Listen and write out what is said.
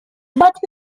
but